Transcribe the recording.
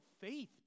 faith